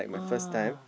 oh